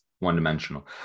one-dimensional